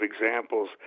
examples